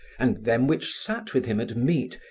and them which sat with him at meat,